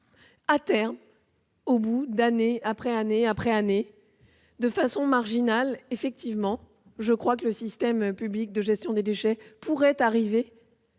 À terme, si nous ne changeons rien, année après année, de façon marginale, effectivement, je crois que le système public de gestion des déchets pourrait arriver